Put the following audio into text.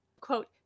quote